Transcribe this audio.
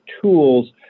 tools